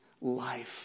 life